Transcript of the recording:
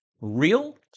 Real